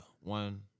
one